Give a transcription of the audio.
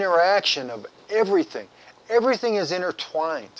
interaction of everything everything is intertwined